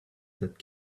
that